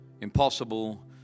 Impossible